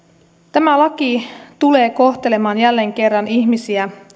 tämä laki tulee kohtelemaan jälleen kerran ihmisiä